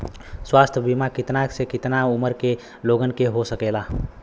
स्वास्थ्य बीमा कितना से कितना उमर के लोगन के हो सकेला?